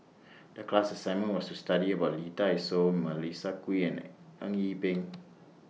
The class assignment was to study about Lee Dai Soh Melissa Kwee and Eng Yee Peng